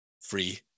free